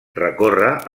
recorre